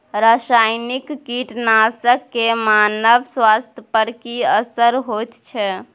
रसायनिक कीटनासक के मानव स्वास्थ्य पर की असर होयत छै?